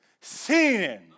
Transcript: sin